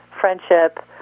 friendship